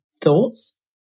thoughts